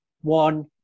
one